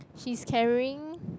she's carrying